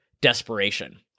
desperation